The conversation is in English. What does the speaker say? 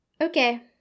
Okay